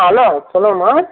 hello சொல்லுங்கம்மா